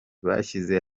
bashyize